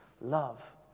love